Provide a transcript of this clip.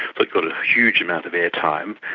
but got a huge amount of air time.